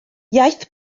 iaith